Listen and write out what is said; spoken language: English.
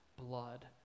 blood